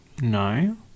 No